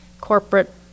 corporate